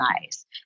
nice